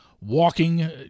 walking